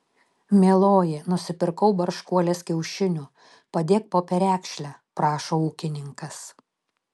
mieloji nusipirkau barškuolės kiaušinių padėk po perekšle prašo ūkininkas